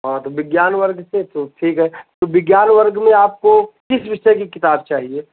हाँ तो विज्ञान वर्ग से तो ठीक है विज्ञान वर्ग में आपको किस विषय की किताब चाहिए